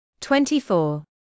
24